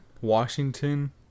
Washington